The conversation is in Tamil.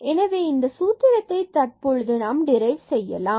எனவே இந்த சூத்திரத்தை தற்பொழுது நாம் டிரைவ் செய்வோம்